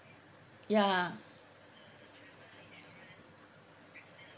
ya